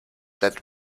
that